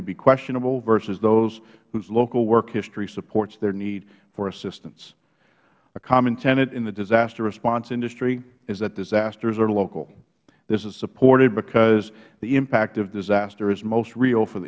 to be questionable versus those whose local work history supports their need for assistance a common tenet in the disaster response industry is that disasters are local this is supported because the impact of disaster is most real for